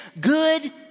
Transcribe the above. good